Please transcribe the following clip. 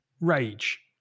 Rage